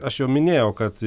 aš jau minėjau kad